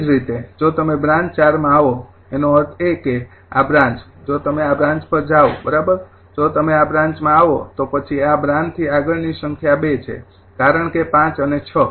એ જ રીતે જો તમે બ્રાન્ચ ૪ માં આવો તેનો અર્થ એ કે આ બ્રાન્ચ જો તમે આ બ્રાન્ચ પર જાવ બરાબર જો તમે આ બ્રાન્ચમાં આવો તો પછી આ બ્રાન્ચ થી આગળની સંખ્યા ૨ છે કારણ કે ૫ અને ૬